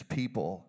people